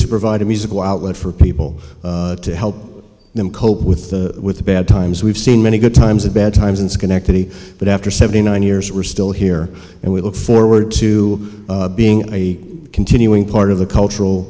to provide a musical outlet for people to help them cope with the with the bad times we've seen many good times and bad times in schenectady but after seventy nine years we're still here and we look forward to being a continuing part of the c